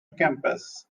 campus